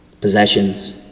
possessions